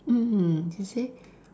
mm she say